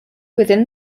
within